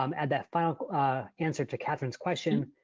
um add that final answer to katherine's question.